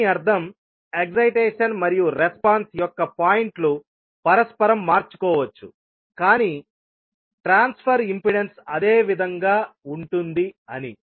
దీని అర్థం ఎక్సయిటేషన్ మరియు రెస్పాన్స్ యొక్క పాయింట్లు పరస్పరం మార్చుకోవచ్చు కానీ ట్రాన్స్ఫర్ ఇంపెడెన్స్ అదే విధంగా ఉంటుంది అని